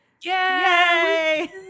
Yay